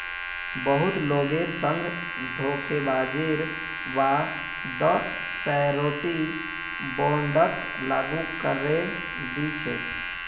बहुत लोगेर संग धोखेबाजीर बा द श्योरटी बोंडक लागू करे दी छेक